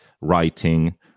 writing